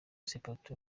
sepetu